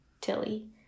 Tilly